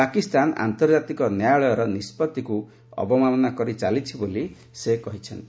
ପାକିସ୍ତାନ ଆନ୍ତର୍ଜାତିକ ନ୍ୟାୟାଳୟର ନିଷ୍ପତ୍ତିକୁ ଅବମାନନା କରିଚାଲିଛି ବୋଲି ସେ କହିଛନ୍ତି